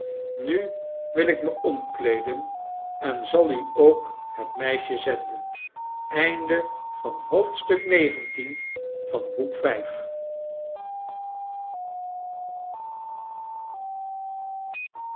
nu wil ik me omkleeden en zal u ook het meisje zenden